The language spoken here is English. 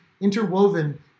interwoven